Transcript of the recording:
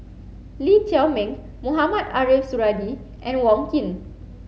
Lee Chiaw Meng Mohamed Ariff Suradi and Wong Keen